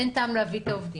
אין טעם להביא את העובדים.